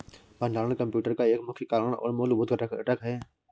भंडारण कंप्यूटर का एक मुख्य कार्य और मूलभूत घटक है